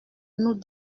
nous